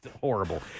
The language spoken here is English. horrible